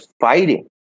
fighting